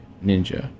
Ninja